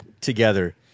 together